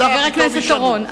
חבר הכנסת אורון,